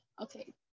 okay